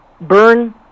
burn